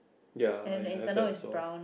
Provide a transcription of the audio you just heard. ya I I have that as well